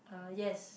uh yes